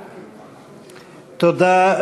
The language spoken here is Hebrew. תודה.